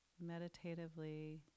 meditatively